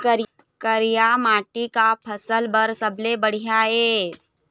करिया माटी का फसल बर सबले बढ़िया ये?